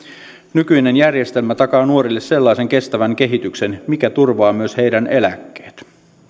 nykyinen järjestelmä takaa nuorille sellaisen kestävän kehityksen mikä turvaa myös heidän eläkkeensä